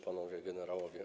Panowie Generałowie!